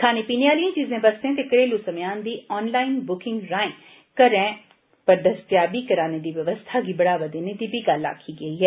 खाने पीने आलिएं चीजें बस्तें ते घरेलू समेयान दी ऑनलाईन बुकिंग राए घरै पर दस्तेयाबी करना दी बवस्था गी बढ़ावा देने दी बी गल्ल आक्खी गेई ऐ